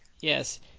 Yes